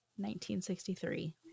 1963